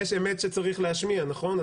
כמו שאמרת, יש אמת שצריך להשמיע, נכון?